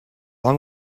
long